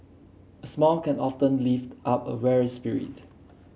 a smile can often lift up a weary spirit